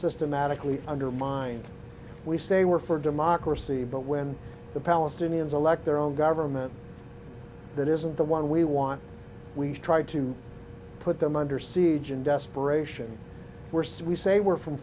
systematically undermined we say we're for democracy but when the palestinians elect their own government that isn't the one we want we tried to put them under siege in desperation worse we say we're from